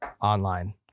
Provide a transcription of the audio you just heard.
online